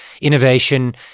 innovation